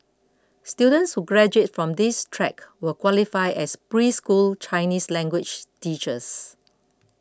students who graduate from this track will qualify as preschool Chinese language teachers